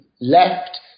left